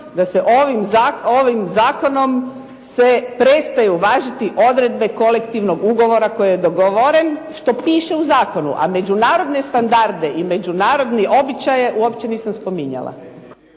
da se ovim zakonom prestaju važiti odredbe kolektivnog ugovora koji je dogovoren. Što piše u zakonu. A međunarodne standarde i međunarodne običaje uopće nisam spominjala.